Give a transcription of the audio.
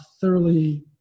thoroughly